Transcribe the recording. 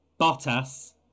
Bottas